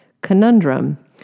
conundrum